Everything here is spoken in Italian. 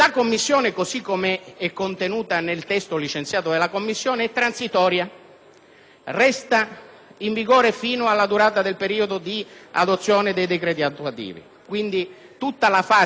resta in vigore fino alla durata del periodo di adozione dei decreti attuativi. Quindi, tutta la fase di controllo parlamentare permanente esce da questo binario.